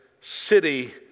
city